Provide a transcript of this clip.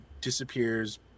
disappears